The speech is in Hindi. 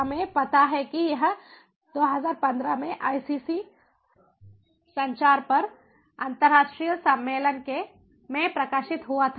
हमें पता है कि यह 2015 में ICC संचार पर अंतर्राष्ट्रीय सम्मेलन में प्रकाशित हुआ था